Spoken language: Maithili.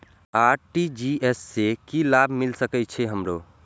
आर.टी.जी.एस से की लाभ मिल सके छे हमरो?